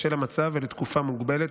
בשל המצב ולתקופה מוגבלת,